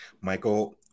Michael